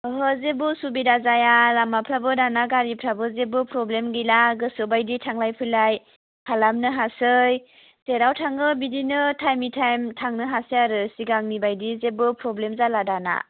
ओहो जेबो उसुबिदा जाया लामाफ्राबो दाना गारिफ्राबो जेबो प्रब्लेम गैला गोसोबायदि थांलाय फैलाय खालामनो हासै जेराव थाङो बिदिनो टाइमनि टाइम थांनो हासै आरो सिगांनि बायदि जेबो प्रब्लेम जाला दाना